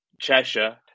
Cheshire